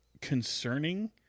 concerning –